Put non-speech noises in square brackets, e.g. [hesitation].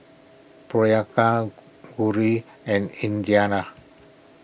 Priyanka [hesitation] Gauri and Indira